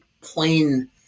plain